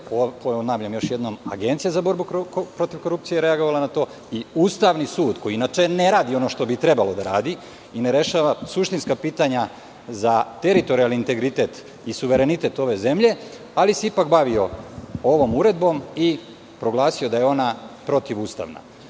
odredbe. Ponavljam još jednom, Agencija za borbu protiv korupcije je reagovala na to i Ustavni sud, koji inače ne radi ono što bi trebalo da radi i ne rešava suštinska pitanja za teritorijalni integritet i suverenitet ove zemlje, ali se ipak bavio ovom uredbom i proglasio da je ona protivustavna.